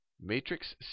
matrix